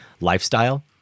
lifestyle